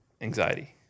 anxiety